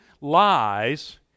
lies